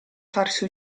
farsi